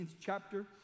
chapter